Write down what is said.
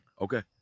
Okay